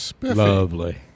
Lovely